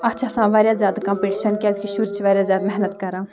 اَتھ چھِ آسان واریاہ زیادٕ کَمپِٹِشَن کیٛازِکہِ شُرۍ چھِ واریاہ زیادٕ محنت کَران